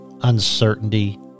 uncertainty